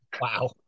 Wow